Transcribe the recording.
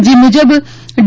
જે મુજબ ડી